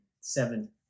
seven